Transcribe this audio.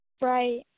Right